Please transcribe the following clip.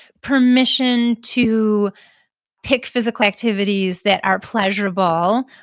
permission to pick physical activities that are pleasurable,